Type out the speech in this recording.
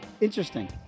Interesting